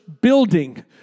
building